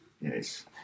Yes